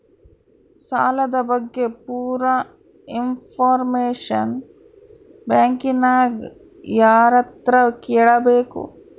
ಸಾಲದ ಬಗ್ಗೆ ಪೂರ ಇಂಫಾರ್ಮೇಷನ ಬ್ಯಾಂಕಿನ್ಯಾಗ ಯಾರತ್ರ ಕೇಳಬೇಕು?